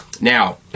now